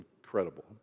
incredible